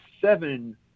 seven